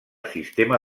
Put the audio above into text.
sistema